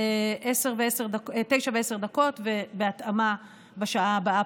21:10 ובהתאמה בשעה הבאה,